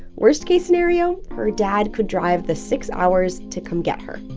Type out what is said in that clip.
worst-case scenario her dad could drive the six hours to come get her